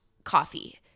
coffee